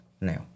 now